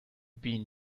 been